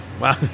Wow